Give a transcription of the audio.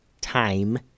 Time